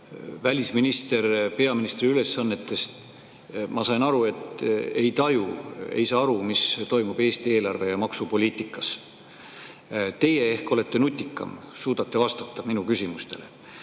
välisminister peaministri ülesannetes minu küsimusele vastas, ma sain aru, et ta ei taju, ei saa aru, mis toimub Eesti eelarve‑ ja maksupoliitikas. Teie ehk olete nutikam, suudate vastata minu küsimustele.